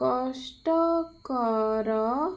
କଷ୍ଟକର